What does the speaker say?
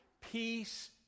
Peace